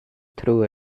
through